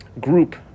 group